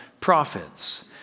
prophets